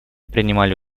принимали